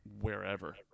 wherever